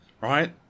...right